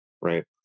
right